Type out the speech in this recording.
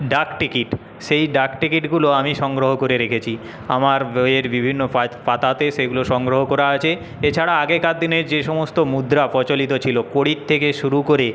ডাক টিকিট সেই ডাক টিকিটগুলো আমি সংগ্রহ করে রেখেছি আমার বিয়ের বিভিন্ন পাতাতে সেগুলো সংগ্রহ করা আছে এছাড়া আগেকার দিনের যে সমস্ত মুদ্রা প্রচলিত ছিল কড়ির থেকে শুরু করে